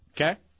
Okay